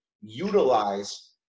utilize